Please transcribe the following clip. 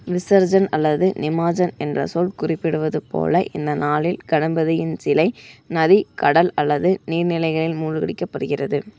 விசர்ஜன் அல்லது நிமார்ஜன் என்ற சொல் குறிப்பிடுவது போல இந்த நாளில் கணபதியின் சிலை நதி கடல் அல்லது நீர்நிலைகளில் மூழ்கடிக்கப்படுகிறது